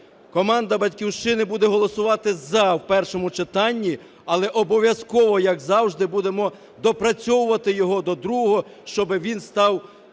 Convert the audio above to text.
Команда "Батьківщина" буде голосувати "за" в першому читанні, але обов'язково, як завжди, будемо доопрацьовувати до другого, щоб він став тим